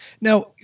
Now